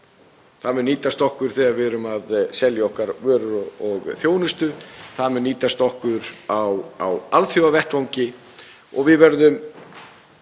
Það mun nýtast okkur þegar við erum að selja vörur og þjónustu. Það mun nýtast okkur á alþjóðavettvangi og við verðum